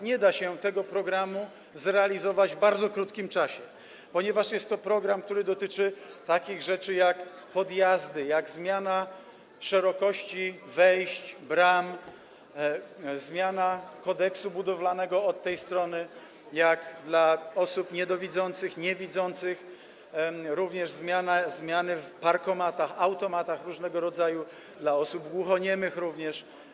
Nie da się tego programu zrealizować w bardzo krótkim czasie, ponieważ jest to program, który dotyczy takich rzeczy jak podjazdy, zmiana szerokości wejść, bram, zmiana kodeksu budowlanego pod tym względem, dla osób niedowidzących, niewidzących także zmiany w parkomatach, automatach różnego rodzaju, dla osób głuchoniemych również.